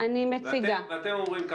אתם אומרים: